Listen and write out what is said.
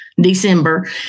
December